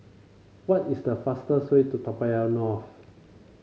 what is the fastest way to Toa Payoh North